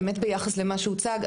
ביחס למה שהוצג,